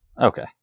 Okay